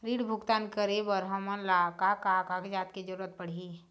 ऋण भुगतान करे बर हमन ला का का कागजात के जरूरत पड़ही?